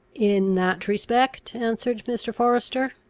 in that respect, answered mr. forester,